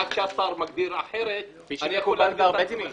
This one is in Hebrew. עד שהשר מגדיר אחרת, אני יכול להגדיר את עצמי.